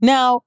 Now